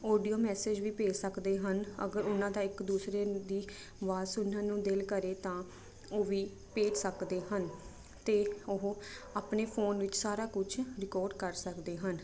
audio message ਵੀ ਭੇਜ ਸਕਦੇ ਹਨ ਅਗਰ ਉਹਨਾਂ ਦਾ ਇੱਕ ਦੂਸਰੇ ਦੀ ਆਵਾਜ਼ ਸੁਣਨ ਨੂੰ ਦਿਲ ਕਰੇ ਤਾਂ ਉਹ ਵੀ ਭੇਜ ਸਕਦੇ ਹਨ ਅਤੇ ਉਹ ਆਪਣੇ ਫੋਨ ਵਿੱਚ ਸਾਰਾ ਕੁਝ ਰਿਕਾਰਡ ਕਰ ਸਕਦੇ ਹਨ